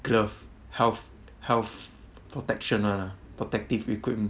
glove health health protection [one] lah protective equipment